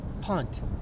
punt